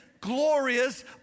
glorious